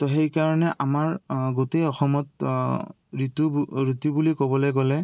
তো সেইকাৰণে আমাৰ গোটেই অসমত ঋতু ঋতু বুলি ক'বলে গ'লে